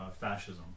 fascism